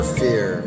fear